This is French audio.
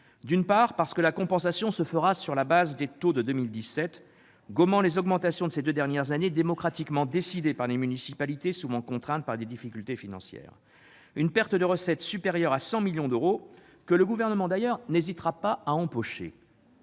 d'une part parce que la compensation se fera sur la base des taux de 2017, gommant les augmentations de ces deux dernières années démocratiquement décidées par des municipalités souvent contraintes par des difficultés financières. Cela représente une perte de recettes supérieure à 100 millions d'euros, que le Gouvernement n'hésitera d'ailleurs pas à empocher.